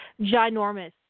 Ginormous